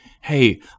Hey